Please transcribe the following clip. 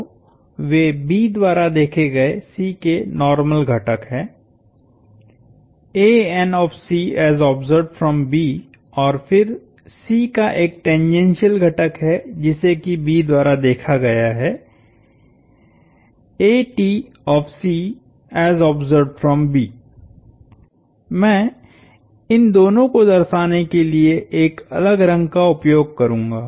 तो वे B द्वारा देखे गए C के नार्मल घटक हैं और फिर C का एक टेंजेनशीयल घटक है जिसे कि B द्वारा देखा गया हैमैं इन दोनों को दर्शाने के लिए एक अलग रंग का उपयोग करूंगा